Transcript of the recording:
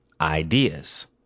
ideas